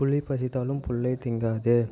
புலி பசித்தாலும் புல்லை திங்காது